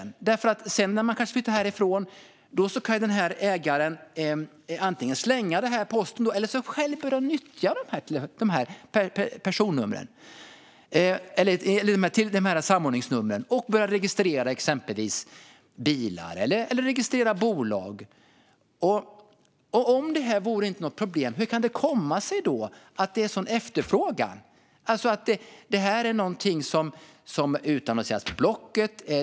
När de kanske flyttar härifrån kan ju ägaren antingen slänga posten eller själv börja nyttja dessa samordningsnummer och börja registrera exempelvis bilar eller bolag. Om det här inte är något problem undrar jag: Hur kan det komma sig att det är en sådan efterfrågan? Detta är alltså något som utannonseras på Blocket.